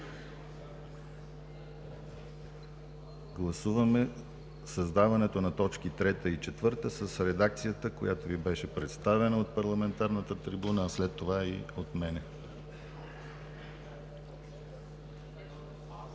Гласуваме първо създаването на точки 3 и 4, с редакцията, която Ви беше представена от парламентарната трибуна, а след това и от мен. Гласували